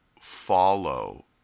follow